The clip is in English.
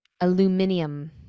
Aluminium